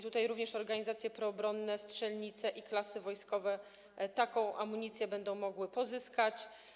Tutaj również organizacje proobronne, strzelnice i klasy wojskowe taką amunicję będą mogły pozyskać.